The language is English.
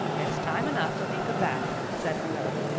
there's time enough to think of that, said marilla.